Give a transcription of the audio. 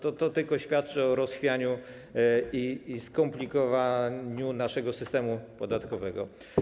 To tylko świadczy o rozchwianiu i skomplikowaniu naszego systemu podatkowego.